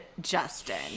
Justin